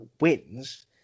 wins